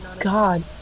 God